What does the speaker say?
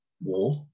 war